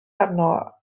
arno